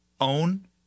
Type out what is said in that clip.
own